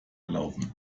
erlauben